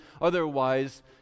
otherwise